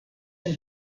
from